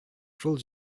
шул